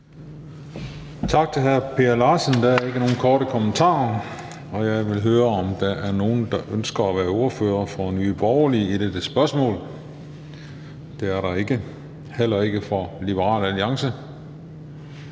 Tak til hr. Per Larsen. Der er ikke nogen korte bemærkninger. Og jeg vil høre, om der er nogen, der ønsker at være ordfører for Nye Borgerlige i dette spørgsmål. Det er der ikke – og heller ikke for Liberal Alliance.